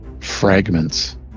fragments